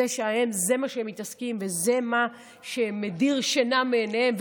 זה מה שהם מתעסקים בו וזה מה שמדיר שינה מעיניהם,